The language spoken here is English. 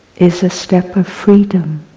is a step of freedom,